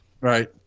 right